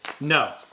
No